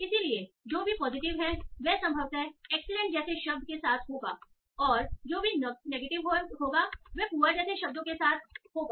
इसलिए जो भी पॉजिटिव है वह संभवतः एक्सीलेंट जैसे शब्द के साथ होगा और जो भी नेगेटिव होगा वह पुअर जैसे शब्दों के साथ होगा